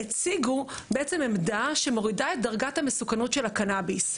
הציגו בעצם עמדה שמורידה את דרגת המסוכנות של הקנביס.